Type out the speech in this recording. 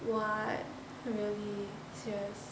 what really serious